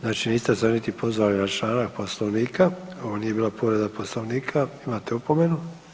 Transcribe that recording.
Znači niste se niti pozvali na članak Poslovnika, ovo nije bila povreda Poslovnika imate opomenu.